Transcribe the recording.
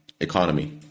economy